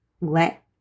let